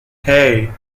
hey